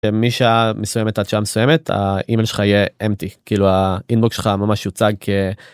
משעה מסוימת עד שעה מסוימת האימייל שלך יהיה ריק (EMPTY) כאילו האינבוקס שלך ממש יוצג כ.